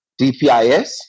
DPIS